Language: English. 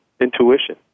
intuition